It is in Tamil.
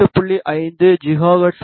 5 ஜிகா ஹெர்ட்ஸ் வரை இருக்கும்